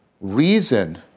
reason